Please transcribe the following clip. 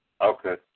Okay